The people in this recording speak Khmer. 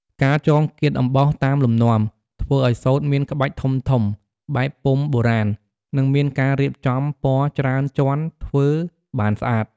ការចងគាតអំបោះតាមលំនាំ ធ្វើឲ្យសូត្រមានក្បាច់ធំៗ បែបពុម្ពបុរាណ និងមានការរៀបចំពណ៌ច្រើនជាន់ធ្វើបានស្អាត។